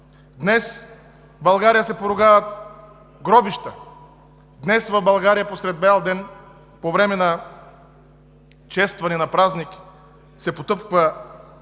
Днес в България се поругават гробища. Днес в България посред бял ден по време на честване на празник се потъпква